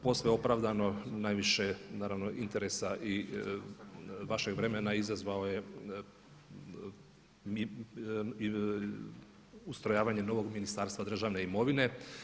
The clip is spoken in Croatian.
Posve opravdano najviše naravno interesa i vašeg vremena izazvalo je i ustrojavanje novog Ministarstva državne imovine.